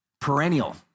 Perennial